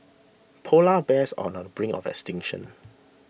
Polar Bears are on brink of extinction